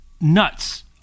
nuts